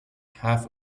half